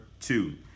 two